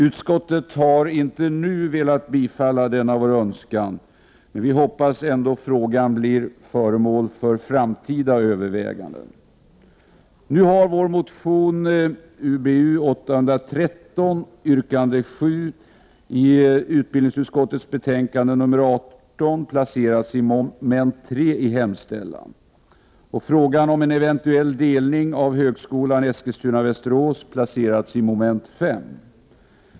Utskottet har inte nu velat tillstyrka denna vår önskan, men vi hoppas ändå att frågan blir föremål för framtida överväganden. Nu har vår motion UbU813, yrkande 7, placerats i mom. 3 i hemställan i utbildningsutskottets betänkande nr 18, och frågan om en eventuell delning av högskolan i Eskilstuna-Västerås placerats i mom. 5.